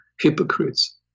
hypocrites